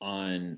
on